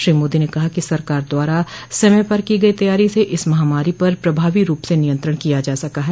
श्री मोदी ने कहा कि सरकार द्वारा समय पर की गई तैयारी से इस महामारी पर प्रभावी रूप से नियंत्रण किया जा सका है